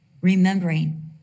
remembering